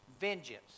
vengeance